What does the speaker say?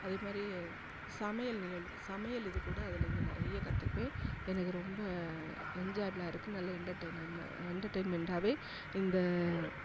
அதேமாதிரி சமையல் நிகழ்வு சமையல் இதுக்கூட அதிலேருந்து நிறைய கற்றுக்குவேன் எனக்கு ரொம்ப என்ஜாயபுலாக இருக்குது நல்ல என்டர்டைன்மெண்ட் என்டர்டைன்மெண்ட்டாவே இந்த